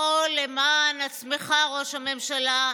הכול למען עצמך, ראש הממשלה,